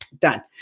done